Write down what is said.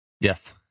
Yes